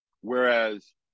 Whereas